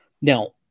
Now